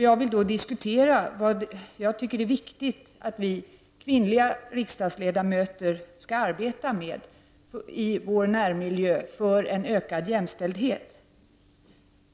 Jag vill diskutera vad jag anser vara viktigt att vi kvinnliga riksdagsledamöter arbetar med i vår närmiljö i syfte att uppnå en ökad jämställdhet.